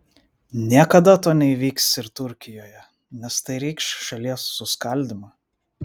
niekada to neįvyks ir turkijoje nes tai reikš šalies suskaldymą